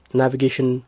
Navigation